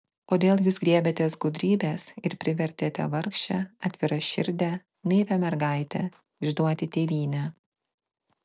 kodėl jūs griebėtės gudrybės ir privertėte vargšę atviraširdę naivią mergaitę išduoti tėvynę